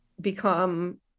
become